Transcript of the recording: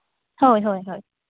ᱦᱳᱭ ᱦᱳᱭ ᱦᱳᱭ